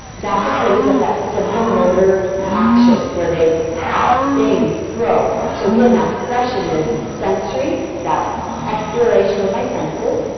that's a kid who's at that simple, motor action where they pat, bang throw. so, again, that progression is sensory, that exploration of my senses,